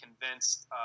convinced